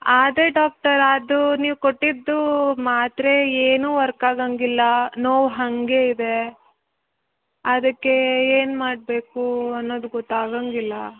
ಅದೇ ಡಾಕ್ಟರ್ ಅದು ನೀವು ಕೊಟ್ಟಿದ್ದು ಮಾತ್ರೆ ಏನು ವರ್ಕ್ ಆಗೊಂಗಿಲ್ಲ ನೋವು ಹಾಗೆ ಇದೆ ಅದಕ್ಕೆ ಏನು ಮಾಡ್ಬೇಕು ಅನ್ನೋದು ಗೊತ್ತಾಗೊಂಗಿಲ್ಲ